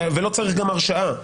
ולא צריך גם הרשעה,